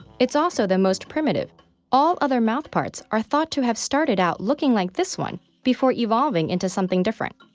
it's also the most primitive all other mouthparts are thought to have started out looking like this one before evolving into something different.